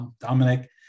Dominic